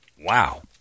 Wow